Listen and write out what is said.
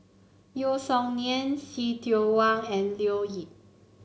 Yeo Song Nian See Tiong Wah and Leo Yip